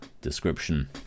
description